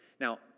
Now